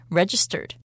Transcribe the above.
registered